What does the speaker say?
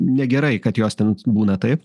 negerai kad jos ten būna taip